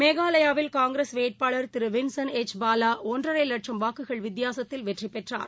மேகாலயாவில் காங்கிரஸ் வேட்பாளா் திருவின்சன் எச் பாவாஒன்றரைவட்சம் வாக்குகள் வித்தியாசத்தில் வெற்றிபெற்றார்